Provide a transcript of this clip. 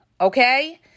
Okay